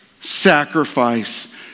sacrifice